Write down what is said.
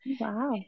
Wow